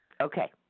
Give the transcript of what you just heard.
Okay